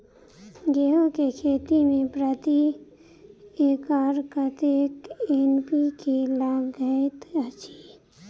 गेंहूँ केँ खेती मे प्रति एकड़ कतेक एन.पी.के लागैत अछि?